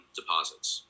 deposits